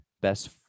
best